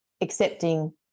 accepting